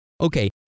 okay